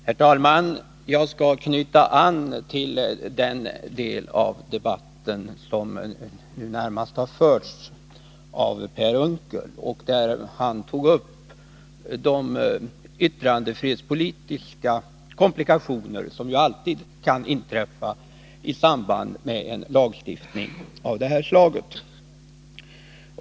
Herr talman! Jag skall knyta an till den del av debatten som nu närmast har förts av Per Unckel, där han tog upp de yttrandefrihetspolitiska komplikationer som ju alltid kan inträffa i samband med en lagstiftning av det här slaget.